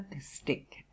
stick